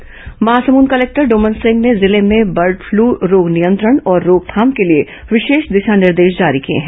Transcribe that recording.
bird flu रोकथाम Mahasamund collector Doman Singh ने जिले में बर्ड फ्लू रोग नियंत्रण और रोकथाम के लिए विशेष दिशा निर्देश जारी किए हैं